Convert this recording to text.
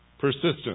Persistence